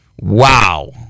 wow